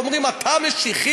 אומרים: אתה משיחי,